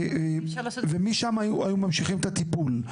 ומשם היו ממשיכים את הטיפול.